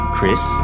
Chris